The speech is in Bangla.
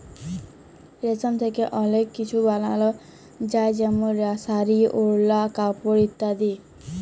রেশম থ্যাকে অলেক কিছু বালাল যায় যেমল শাড়ি, ওড়লা, কাপড় ইত্যাদি